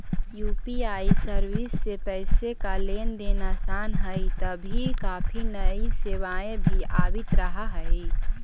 UPI service से पैसे का लेन देन आसान हई तभी काफी नई सेवाएं भी आवित रहा हई